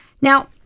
Now